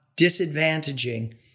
disadvantaging